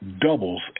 doubles